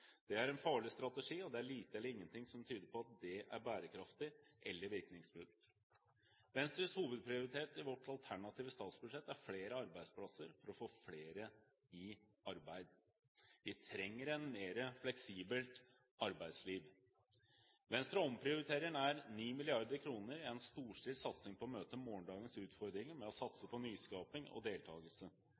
Det er en farlig strategi, og det er lite eller ingenting som tyder på at det er bærekraftig eller virkningsfullt. Venstres hovedprioritet i vårt alternative statsbudsjett er flere arbeidsplasser for å få flere i arbeid. Vi trenger et mer fleksibelt arbeidsliv. Venstre omprioriterer nær 9 mrd. kr i en storstilt satsing på å møte morgendagens utfordringer med å satse på nyskaping og deltakelse.